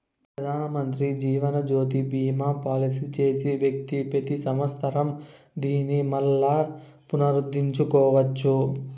పెదానమంత్రి జీవనజ్యోతి బీమా పాలసీ చేసే వ్యక్తి పెతి సంవత్సరం దానిని మల్లా పునరుద్దరించుకోవచ్చు